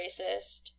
racist